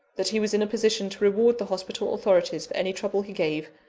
that he was in a position to reward the hospital authorities for any trouble he gave,